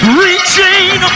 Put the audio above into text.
reaching